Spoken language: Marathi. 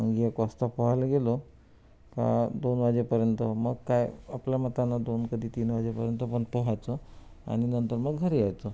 एक वाजता पोहायला गेलो का दोन वाजेपर्यंत मग काय आपल्या मतानं दोन कधी तीन वाजेपर्यंत पण पोहायचो आणि नंतर मग घरी यायचो